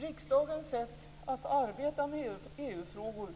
Riksdagens sätt att arbeta med EU-frågor